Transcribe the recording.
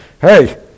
hey